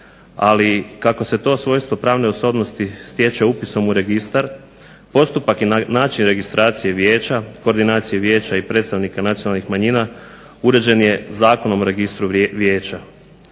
ali kako se to svojstvo pravne osobnosti stječe upisom u registar postupak i način registracije vijeća, koordinacije vijeća i predstavnika nacionalnih manjina uređen je Zakonom o registru vijeća.